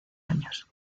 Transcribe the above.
años